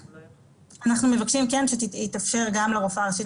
אנחנו מבקשים שיתאפשר גם לרופאה הראשית